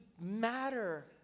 matter